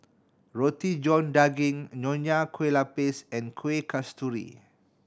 Roti John Daging Nonya Kueh Lapis and Kuih Kasturi